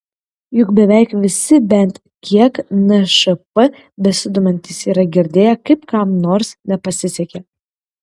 juk beveik visi bent kiek nšp besidomintys yra girdėję kaip kam nors nepasisekė